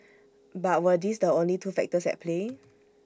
but were these the only two factors at play